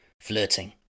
Flirting